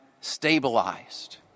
stabilized